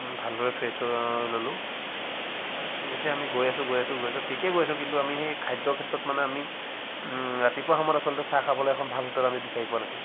ভালদৰে ফ্ৰেছ হৈ ল'লো তাৰপিছত যেতিয়া আমি গৈ আছো গৈ আছো গৈ আছো ঠিকে গৈ আছো কিন্তু সেই খাদ্য ক্ষেত্ৰত মানে আমি ৰাতিপুৱা সময়ত আচলতে চাহ খাবলৈ এখন ভাল হোটেল আমি বিচাৰি পোৱা নাছিলোঁ